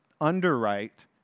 underwrite